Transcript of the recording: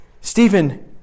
Stephen